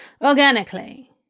Organically